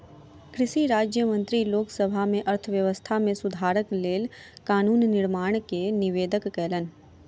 कृषि राज्य मंत्री लोक सभा में अर्थव्यवस्था में सुधारक लेल कानून निर्माण के निवेदन कयलैन